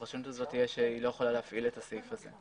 הפרשנות היא שהיא לא יכולה להפעיל את הסעיף הזה.